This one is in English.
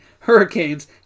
hurricanes